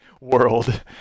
world